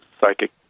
psychic